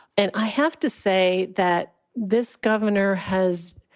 and i have to say that this governor has